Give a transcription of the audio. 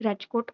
Rajkot